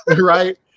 right